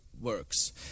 works